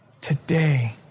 Today